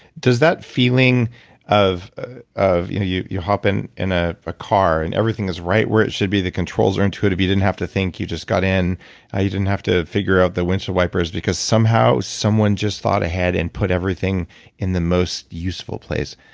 does that feeling of ah of you you hopping in ah a car and everything is right where it should be? the controls are intuitive, you didn't have to think you just got in you didn't have to figure out the windshield wipers because, somehow someone just thought ahead and put everything in the most useful place.